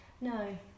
No